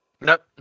Nope